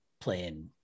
playing